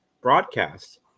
broadcast